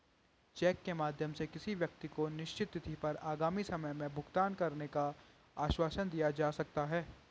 check के माध्यम से किसी व्यक्ति को निश्चित तिथि पर आगामी समय में भुगतान करने का आश्वासन दिया जा सकता है